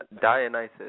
Dionysus